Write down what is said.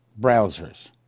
browsers